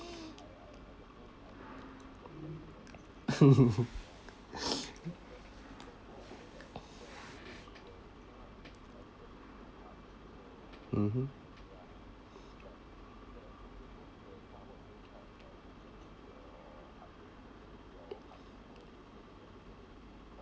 mmhmm